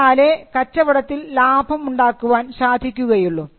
എന്നാലേ കച്ചവടത്തിൽ ലാഭം ഉണ്ടാക്കാൻ സാധിക്കുകയുള്ളൂ